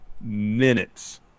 Minutes